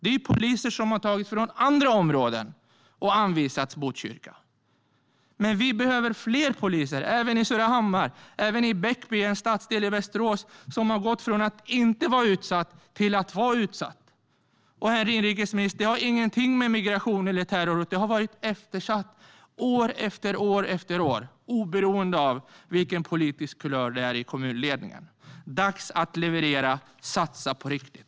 Det är poliser som har tagits från andra områden och som har anvisats till Botkyrka. Men vi behöver fler poliser även i Surahammar och i Bäckby - det är en stadsdel i Västerås som har gått från att inte vara utsatt till att vara utsatt. Herr inrikesminister! Detta har ingenting med migration eller terrorhot att göra. Detta har varit eftersatt år efter år efter år, oberoende av vilken po-litisk kulör det har varit i kommunledningen. Det är dags att leverera och att satsa på riktigt.